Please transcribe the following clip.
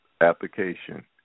application